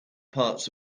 parts